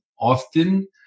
often